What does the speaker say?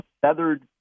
feathered